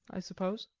i suppose?